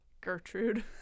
Gertrude